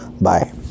bye